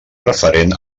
referent